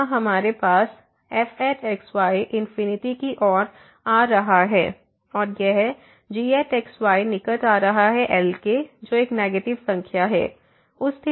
तो यहाँ हमारे पास fx y इनफिनिटी की ओर आ रहा है और यह gx y निकट आ रहा है L के जो एक नेगेटिव संख्या है